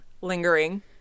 lingering